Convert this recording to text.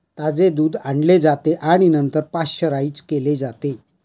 ताजे दूध आणले जाते आणि नंतर पाश्चराइज केले जाते